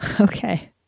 Okay